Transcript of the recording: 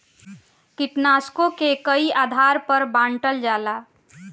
कीटनाशकों के कई आधार पर बांटल जाला